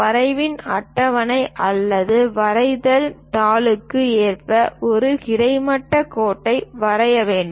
வரைவின் அட்டவணை அல்லது வரைதல் தாளுக்கு ஏற்ப ஒரு கிடைமட்ட கோட்டை வரைய வேண்டும்